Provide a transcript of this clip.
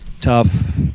Tough